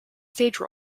stage